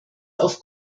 auf